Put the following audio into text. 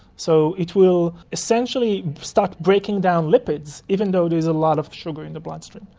so it will essentially start breaking down lipids, even though there is a lot of sugar in the bloodstream.